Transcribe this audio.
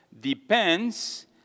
depends